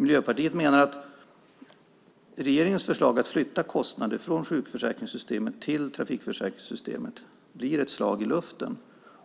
Miljöpartiet menar att regeringens förslag att flytta kostnader från sjukförsäkringssystemet till trafikförsäkringssystemet blir ett slag i luften